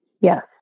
Yes